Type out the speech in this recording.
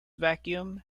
vacuum